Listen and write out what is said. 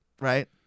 right